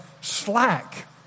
slack